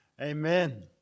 Amen